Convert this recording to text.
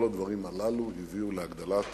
כל הדברים הללו הביאו להגדלת